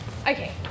Okay